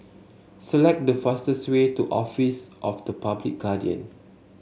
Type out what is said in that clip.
select the fastest way to Office of the Public Guardian